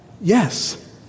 Yes